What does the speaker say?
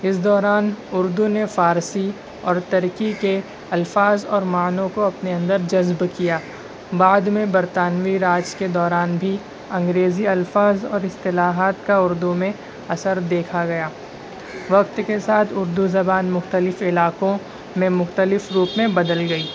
اس دوران اردو نے فارسی اور ترکی کے الفاظ اور معنوں کو اپنے اندر جذب کیا بعد میں برطانوی راج کے دوران بھی انگريزى الفاظ اور اصطلاحات کا اردو میں اثر دیکھا گیا وقت کے ساتھ اردو زبان مختلف علاقوں میں مختلف روپ میں بدل گئی